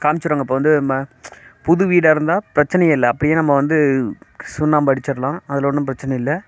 காமிச்சிடுவாங்க இப்போ வந்து மா புது வீடாக இருந்தால் பிரச்சனையே இல்லை அப்படியே நம்ம வந்து சுண்ணாம்பு அடிச்சிடலாம் அதில் ஒன்றும் பிரச்சனையில்லை